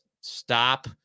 stop